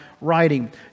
writing